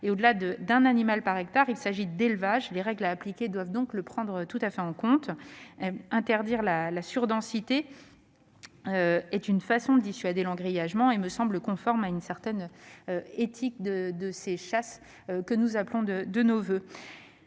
; au-delà d'un animal par hectare, il s'agit d'élevage, et les règles à appliquer doivent donc en tenir compte. Interdire la surdensité est une façon de dissuader l'engrillagement, et cela me semble conforme à une certaine éthique de ces chasses, que nous appelons de nos voeux.